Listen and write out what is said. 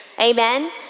Amen